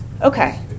Okay